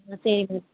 ஆ சரிம்மா